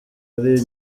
ari